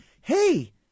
hey